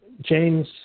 James